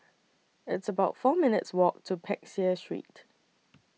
It's about four minutes' Walk to Peck Seah Street